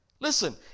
Listen